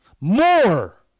more